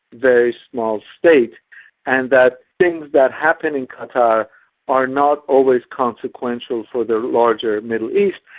very small state and that things that happen in qatar are not always consequential for the larger middle east,